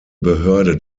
behörde